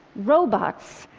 robots,